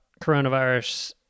coronavirus